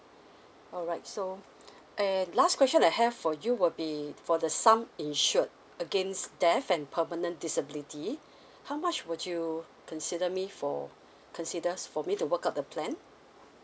alright so eh last question I have for you will be for the sum insured against death and permanent disability how much would you consider me for considers for me to work out the plan